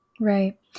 Right